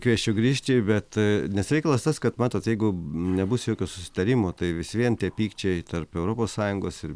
kviesčiau grįžti bet nes reikalas tas kad matot jeigu nebus jokio susitarimo tai vis vien tie pykčiai tarp europos sąjungos ir